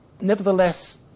Nevertheless